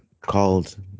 called